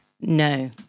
No